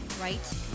right